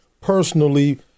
personally